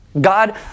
God